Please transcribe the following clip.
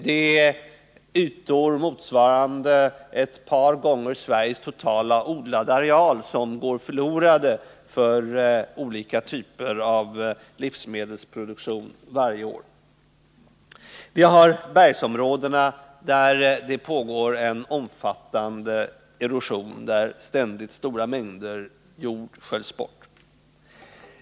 Det är ytor motsvarande ett par gånger Sveriges totala odlade areal som går förlorade för olika typer av livsmedelsproduktion varje år. I bergsområdena pågår en omfattande erosion, där ständigt stora mängder jord sköljs bort.